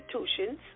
institutions